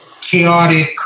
chaotic